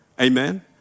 Amen